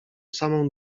samą